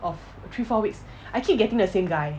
of three four weeks I keep getting the same guy